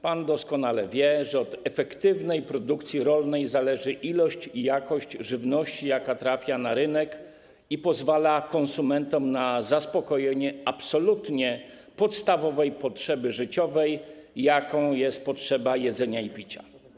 Pan doskonale wie, że od efektywnej produkcji rolnej zależy ilość i jakość żywności, jaka trafia na rynek i pozwala konsumentom na zaspokojenie absolutnie podstawowej potrzeby życiowej, jaką jest potrzeba jedzenia i picia.